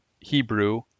Hebrew